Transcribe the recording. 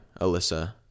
Alyssa